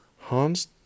Han's